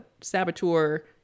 Saboteur